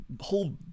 whole